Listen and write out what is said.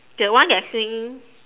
the one that swing